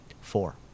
four